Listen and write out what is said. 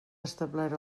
establert